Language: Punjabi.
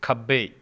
ਖੱਬੇ